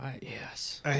Yes